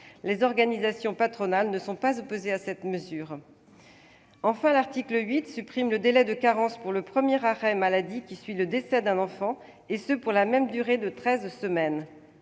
Les organisations patronales ne sont pas opposées à cette mesure. Enfin, l'article 8 supprime le délai de carence pour le premier arrêt maladie qui suit le décès d'un enfant, et ce pour la même durée de treize semaines.